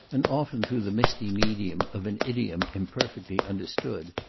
and often through the misty medium of an idiom imperfectly understood,